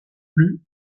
plus